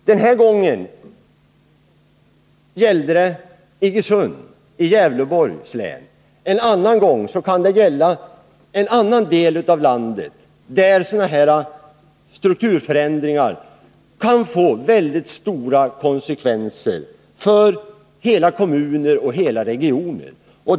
Den här gången gällde det Iggesund i Gävleborgs län, en annan gång kan det gälla en annan del av landet, där sådana här strukturförändringar kan få väldigt stora konsekvenser för hela kommuner och hela regioner.